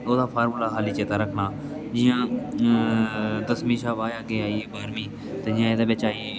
ओह्दा फार्मुला खाल्ली चेता रक्खना जियां दसमीं शा बाद च अग्गें आई बाह्रमीं ते जियां एह्दे बिच्च आई गेई